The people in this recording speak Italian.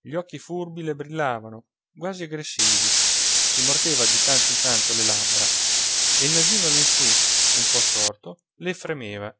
gli occhi furbi le brillavano quasi aggressivi si mordeva di tanto in tanto le labbra e il nasino all'insù un po storto le fremeva